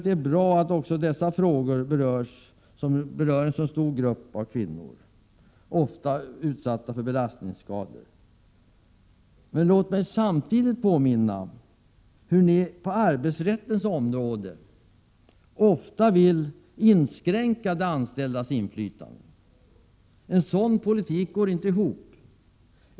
Det är bra att också ni tar upp dessa frågor, som berör en så stor grupp av kvinnor, ofta utsatta för belastningsskador. Men låt mig samtidigt påminna er om att ni på arbetsrättens område ofta vill inskränka de anställdas inflytande. En sådan politik går inte ihop.